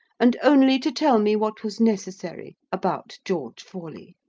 and only to tell me what was necessary about george forley.